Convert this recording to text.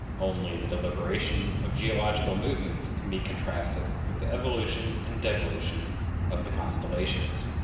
only the deliberation of geological movements can be contrasted with the evolution and devolution of the constellations.